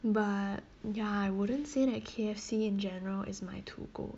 but ya I wouldn't say that K_F_C in general is my to go